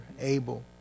Abel